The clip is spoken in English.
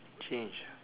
change